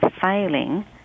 failing